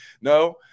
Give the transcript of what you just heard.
No